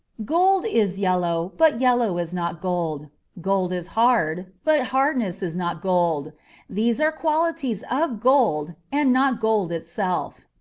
gold is yellow, but yellow is not gold gold is hard, but hardness is not gold these are qualities of gold, and not gold itself.